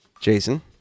Jason